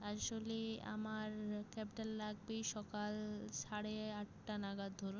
আসলে আমার ক্যাবটা লাগবে এই সকাল সাড়ে আটটা নাগাদ ধরুন